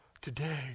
today